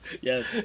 Yes